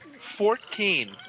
Fourteen